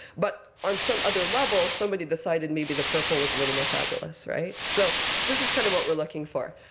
but on some other level, somebody decided maybe the purple was a little more fabulous, right? so this is kind of what we're looking for.